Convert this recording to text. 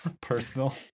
Personal